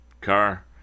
car